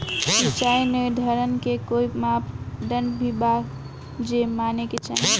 सिचाई निर्धारण के कोई मापदंड भी बा जे माने के चाही?